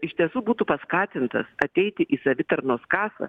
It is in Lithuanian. iš tiesų būtų paskatintas ateiti į savitarnos kasą